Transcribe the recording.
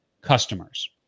customers